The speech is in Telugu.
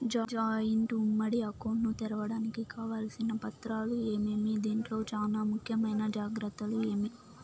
జాయింట్ ఉమ్మడి అకౌంట్ ను తెరవడానికి కావాల్సిన పత్రాలు ఏమేమి? దీంట్లో చానా ముఖ్యమైన జాగ్రత్తలు ఏమి?